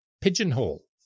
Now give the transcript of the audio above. pigeonhole